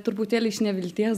truputėlį iš nevilties